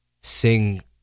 sing